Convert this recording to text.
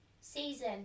season